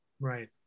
right